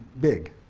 big.